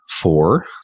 four